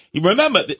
Remember